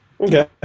Okay